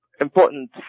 important